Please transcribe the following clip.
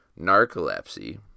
Narcolepsy